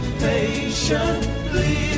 patiently